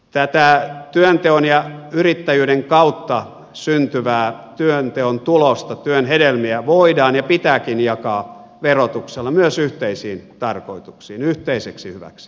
tätä työnteon ja yrittäjyyden kautta syntyvää työnteon tulosta työn hedelmiä voidaan ja pitääkin jakaa verotuksella myös yhteisiin tarkoituksiin yhteiseksi hyväksi